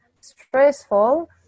stressful